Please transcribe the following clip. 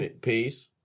peace